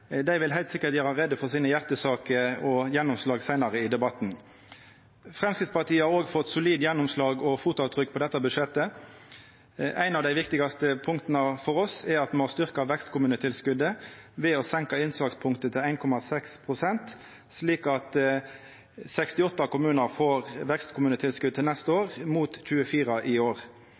Dei vil heilt sikkert gjera greie for sine hjartesaker og sine gjennomslag seinare i debatten. Framstegspartiet har òg fått solid gjennomslag og har sett sitt fotavtrykk i dette budsjettet. Eit av dei viktigaste punkta for oss er at me har styrkt vekstkommunetilskotet ved å senka innslagspunktet til 1,6 pst., slik at 68 kommunar får vekstkommunetilskot til neste år, mot 24 i år.